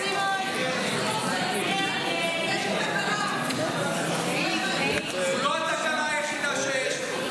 זו לא התקלה היחידה שיש פה.